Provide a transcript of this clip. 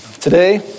today